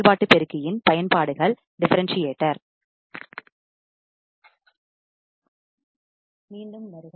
செயல்பாட்டு பெருக்கியின் பயன்பாடுகள் டிஃபரன்ஸ்சியேட்டர் மீண்டும் வருக